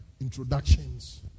introductions